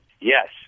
Yes